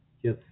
Yes